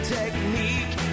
technique